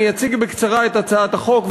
אני אציג בקצרה את הצעת החוק,